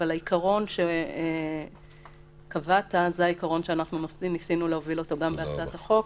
אבל העיקרון שקבעת זה העיקרון שניסינו להוביל גם בהצעת החוק,